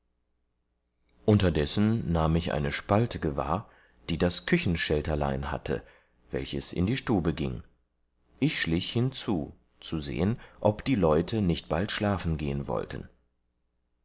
unterdessen nahm ich eine spalte gewahr die das küchenschälterlein hatte welches in die stube gieng ich schlich hinzu zu sehen ob die leute nicht bald schlafen gehen wollten